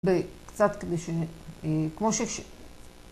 ‫קצת כדי ש... כמו שש...